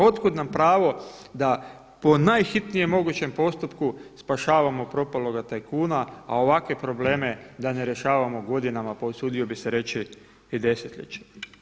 Od kud nam pravo da po najhitnijem mogućem postupku spašavamo propaloga tajkuna, a ovakve probleme da ne rješavamo godinama, pa usudio bih se reći i desetljećima?